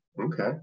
Okay